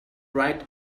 right